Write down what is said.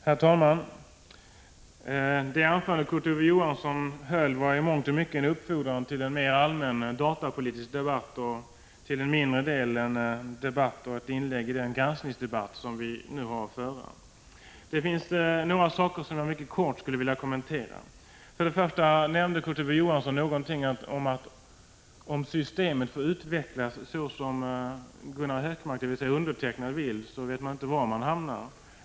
Herr talman! Det anförande Kurt Ove Johansson höll var i mångt och mycket en uppfordran till en allmän datapolitisk debatt och till en mindre del ett inlägg i den granskningsdebatt som vi nu har att föra. Det är några saker som jag mycket kort skulle vilja kommentera. Först och främst sade Kurt Ove Johansson att om systemet får utvecklas så som jag för min del vill, så vet man inte var man hamnar.